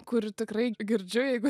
kur tikrai girdžiu jeigu